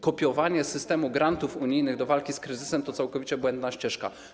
Kopiowanie systemu grantów unijnych w przypadku walki z kryzysem to całkowicie błędna ścieżka.